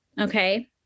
Okay